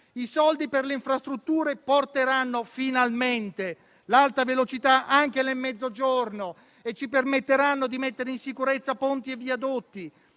I soldi per le infrastrutture porteranno finalmente l'Alta velocità anche nel Mezzogiorno e ci permetteranno di mettere in sicurezza ponti e viadotti.